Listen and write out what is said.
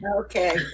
Okay